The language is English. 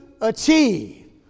achieve